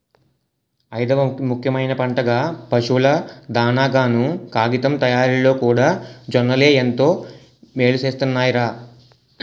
ఐదవ ముఖ్యమైన పంటగా, పశువుల దానాగాను, కాగితం తయారిలోకూడా జొన్నలే ఎంతో మేలుసేస్తున్నాయ్ రా